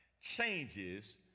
changes